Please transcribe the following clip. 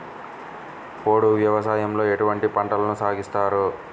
పోడు వ్యవసాయంలో ఎటువంటి పంటలను సాగుచేస్తారు?